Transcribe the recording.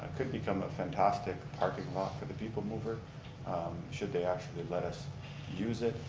ah could become a fantastic parking lot for the people mover should they actually let us use it,